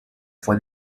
fue